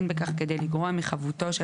כדי לתקוע את